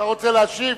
אתה רוצה להשיב?